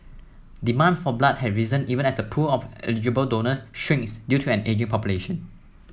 demand for blood has risen even as the pool of eligible donors shrinks due to an ageing population